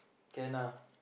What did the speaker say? can ah